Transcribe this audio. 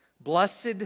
Blessed